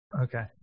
okay